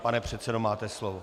Pane předsedo, máte slovo.